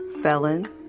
felon